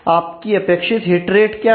आपकी अपेक्षित hit rate क्या है